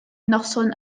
noson